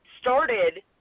started